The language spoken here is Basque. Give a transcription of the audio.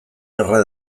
erre